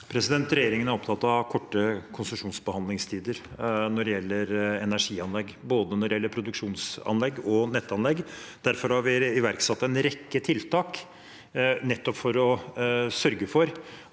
Regjeringen er opptatt av korte konsesjonsbehandlingstider når det gjelder energianlegg, både for produksjonsanlegg og for nettanlegg. Derfor har vi iverksatt en rekke tiltak nettopp for å sørge for